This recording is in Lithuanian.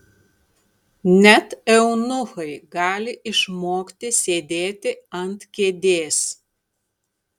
net eunuchai gali išmokti sėdėti ant kėdės